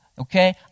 Okay